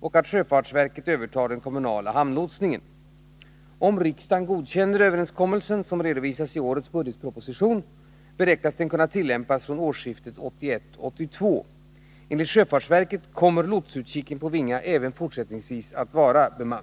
och att sjöfartsverket övertar den kommunala hamnlotsningen.